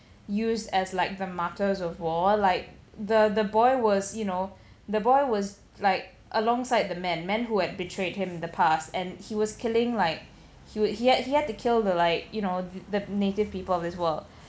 used as like the mottos of war like the the boy was you know the boy was like alongside the men men who had betrayed him in the past and he was killing like he would he had he had to kill the like you know th~ the native people as well